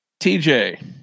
TJ